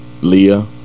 Leah